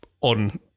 on